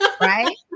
right